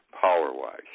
power-wise